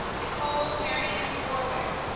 nicole marion warwick.